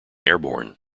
airborne